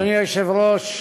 אדוני היושב-ראש,